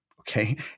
Okay